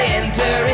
enter